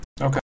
Okay